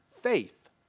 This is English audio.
faith